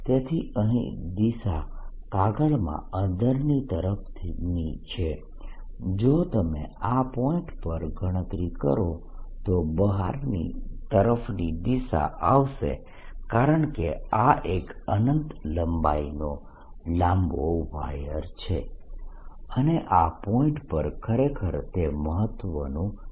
તેથી અહીં દિશા કાગળમાં અંદરની તરફની છે જો તમે આ પોઇન્ટ પર ગણતરી કરો તો બહારની તરફની દિશા આવશે કારણકે આ એક અનંત લંબાઈનો લાંબો વાયર છે અને આ પોઇન્ટ પર ખરેખર તે મહત્વનું નથી